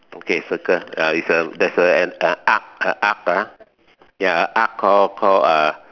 okay circle uh it's a there's a an arch uh arch ya a a a arch called called uh